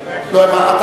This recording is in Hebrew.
ראיתי.